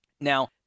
Now